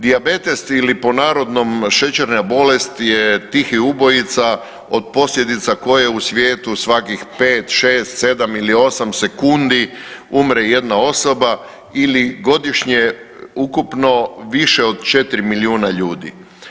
Dijabetes ili po narodnom šećerna bolest je tihi ubojica od posljedica koje u svijetu svakih 5,6,7 ili 8 sekundi umre jedna osoba ili godišnje ukupno više od 4 milijuna ljudi.